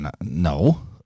no